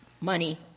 money